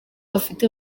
afite